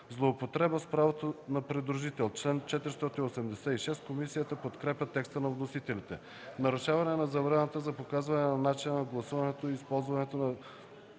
„Злоупотреба с правото на придружител” – чл. 486. Комисията подкрепя текста на вносителите за чл. 486. „Нарушаване на забраната за показване на начина на гласуването и използване на